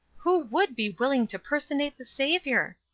who would be willing to personate the saviour?